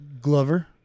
Glover